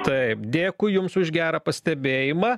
taip dėkui jums už gerą pastebėjimą